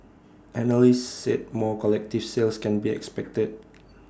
analysts said more collective sales can be expected